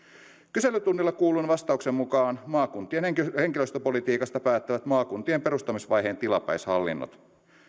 kyselytunnilla kuullun vastauksen mukaan maakuntien henkilöstöpolitiikasta päättävät maakuntien perustamisvaiheen tilapäishallinnot